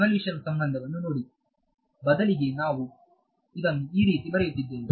convolution ಸಂಬಂಧವನ್ನು ನೋಡಿ ಬದಲಿಗೆ ನಾವು ಇದನ್ನು ಈ ರೀತಿ ಬರೆಯುತ್ತಿದ್ದೇವೆ